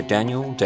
Daniel